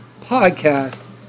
podcast